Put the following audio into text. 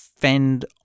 fend